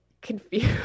confused